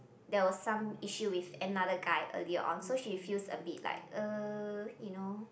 there was some issue with another guy earlier on so she feels a bit like uh you know